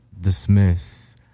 Dismiss